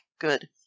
good